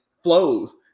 flows